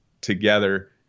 together